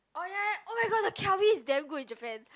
oh ya oh-my-god the Calbee is damn good in Japan